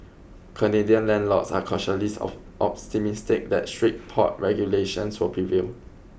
Canadian landlords are cautiously of optimistic that strict pot regulations will prevail